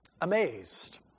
amazed